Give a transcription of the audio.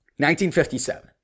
1957